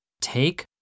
Take